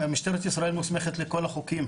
משטרת ישראל מוסמכת לכל החוקים במדינה.